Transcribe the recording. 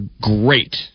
great